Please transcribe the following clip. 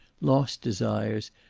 lost desires,